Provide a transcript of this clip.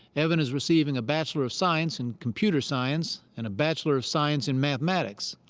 evan is receiving a bachelor of science in computer science, and a bachelor of science in mathematics.